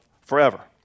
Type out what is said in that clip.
forever